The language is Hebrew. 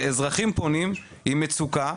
כשאזרחים פונים עם מצוקה,